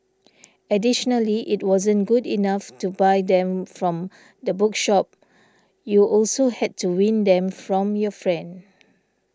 additionally it wasn't good enough to buy them from the bookshop you also had to win them from your friend